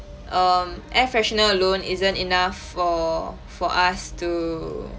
um air freshener alone isn't enough for for us to